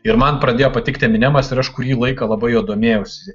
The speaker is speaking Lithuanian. ir man pradėjo patikti eminemas ir aš kurį laiką labai juo domėjausi